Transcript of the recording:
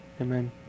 Amen